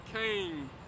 came